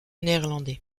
néerlandais